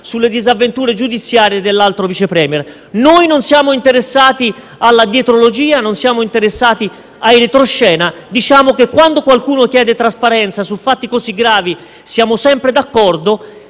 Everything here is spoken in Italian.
sulle disavventure giudiziarie dell'altro Vice *Premier*. Noi non siamo interessati alla dietrologia e ai retroscena. Quando qualcuno chiede trasparenza su fatti così gravi siamo sempre d'accordo.